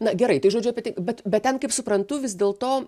na gerai tai žodžiu apie tai bet bet ten kaip suprantu vis dėl to